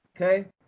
Okay